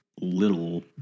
little